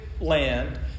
land